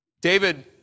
David